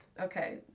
Okay